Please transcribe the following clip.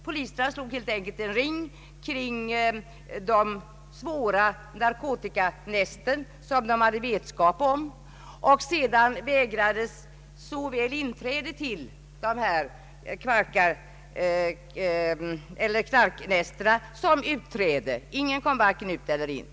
Poliserna slog helt enkelt en ring kring de narkotikanästen som de hade vetskap om. Sedan vägrades såväl inträde till som utträde från narkotikanästena. Ingen kom vare sig ut eller in.